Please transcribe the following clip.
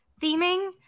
theming